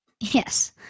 Yes